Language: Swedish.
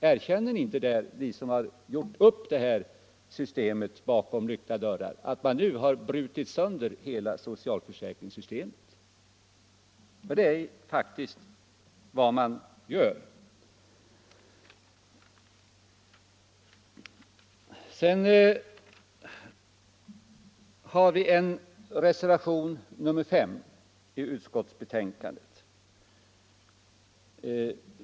Erkänner ni inte detta, ni som har gjort upp detta system bakom lyckta dörrar? Sedan har vi reservationen 5 i utskottets betänkande.